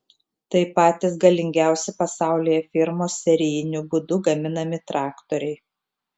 tai patys galingiausi pasaulyje firmos serijiniu būdu gaminami traktoriai